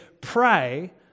pray